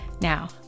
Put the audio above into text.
Now